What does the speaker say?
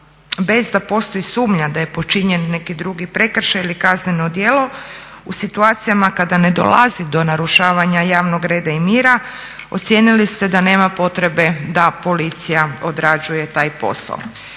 bez da postoji sumnja da je počinjen neki drugi prekršaj ili kazneno djelu u situacijama kada ne dolazi do narušavanja javnog reda i mira ocijenili ste da nema potrebe da policija odrađuje taj posao.